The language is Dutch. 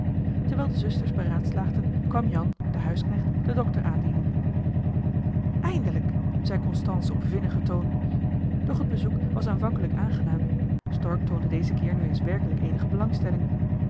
terwijl de zusters beraadslaagden kwam jan de huisknecht den dokter aandienen eindelijk zei constance op vinnigen toon doch het bezoek was aanvankelijk aangenaam stork toonde dezen keer nu eens werkelijk eenige belangstelling